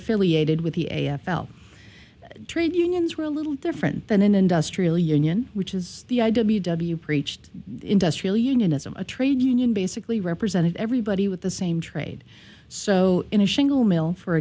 affiliated with the a f l trade unions were a little different than an industrial union which is the i w w preached industrial unionism a trade union basically represented everybody with the same trade so in a shingle mill for